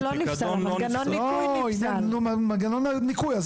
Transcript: הפיקדון לא נפסל, מנגנון הניכוי נפסל.